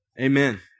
Amen